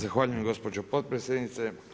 Zahvaljujem gospođo potpredsjednice.